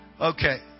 Okay